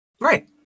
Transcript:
right